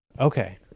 Okay